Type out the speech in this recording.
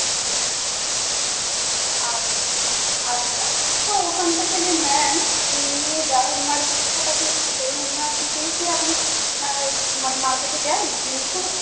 আর আচ্ছা তো ওখান থেকে যে নেন তো নিয়ে যা এম আর পি লেখা থাকে সেই সেম এমআরপিতেই কি আপনি মানে মানে মার্কেটে দেন জিনিসগুলো